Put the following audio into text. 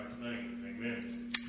Amen